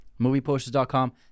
MoviePosters.com